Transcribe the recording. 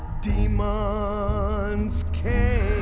demons came